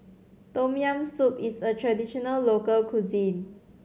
Tom Yam Soup is a traditional local cuisine